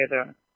together